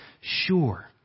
sure